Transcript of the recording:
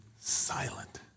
silent